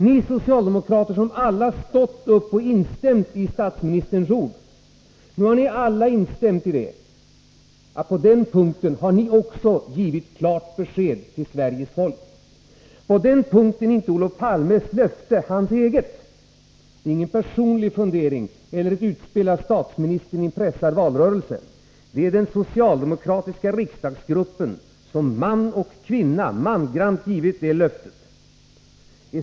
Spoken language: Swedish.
Ni socialdemokrater som alla stått upp och instämt i statsministerns ord — nu har ni alla instämt i att på den punkten har ni också givit klart besked till Sveriges folk. På den punkten är inte Olof Palmes löften enbart hans eget; det är ingen personlig fundering eller ett utspel av statsministern i en pressad valrörelse — det är den socialdemokratiska riksdagsgruppen som man och kvinna mangrant givit detta löfte.